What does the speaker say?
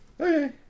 Okay